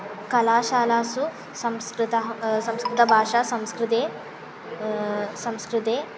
कलाशालासु संस्कृतम् संस्कृतभाषा संस्कृते संस्कृते